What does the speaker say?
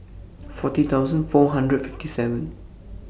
forty thousand four hundred fifty seven